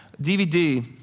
DVD